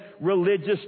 religious